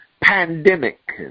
pandemic